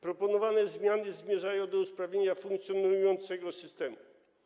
Proponowane zmiany zmierzają do usprawnienia funkcjonującego systemu.